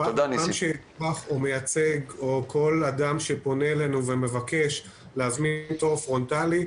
פעם שאזרח או מייצג או כל אדם שפונה אלינו ומבקש להזמין תור פרונטלי,